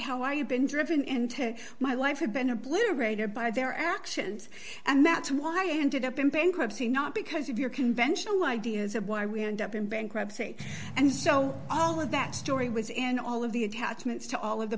how i had been driven into my life had been obliterated by their actions and that's why i ended up in bankruptcy not because of your conventional ideas of why we end up in bankruptcy and so all of that story was in all of the attachments to all of the